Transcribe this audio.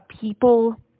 people